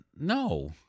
No